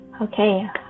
Okay